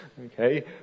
Okay